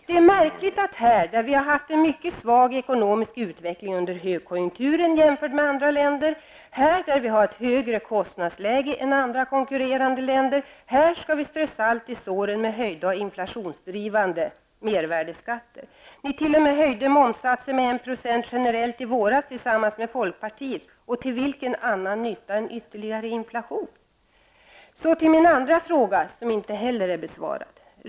Det är märkligt att vi här, där vi har haft en mycket svag ekonomisk utveckling under högkonjunkturen jämfört med andra länder, här där vi har ett högre kostnadsläge än i konkurrerande länder, här skall vi strö salt i såren med höjda och inflationsdrivande mervärdeskatter. Ni t.o.m. höjde momssatsen med Till vilken annan nytta än ytterligare inflation? Så till min andra fråga, som inte heller är besvarad.